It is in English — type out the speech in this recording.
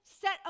set